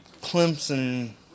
Clemson